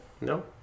no